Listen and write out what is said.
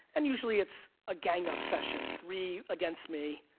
and usually it's a gang up session, three against me.